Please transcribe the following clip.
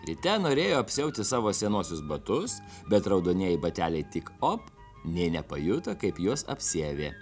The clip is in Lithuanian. ryte norėjo apsiauti savo senuosius batus bet raudonieji bateliai tik op nė nepajuto kaip juos apsiavė